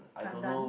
Pandan